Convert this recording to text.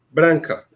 Branca